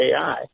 ai